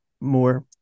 more